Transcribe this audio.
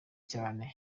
cyane